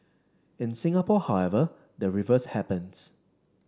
in Singapore however the reverse happens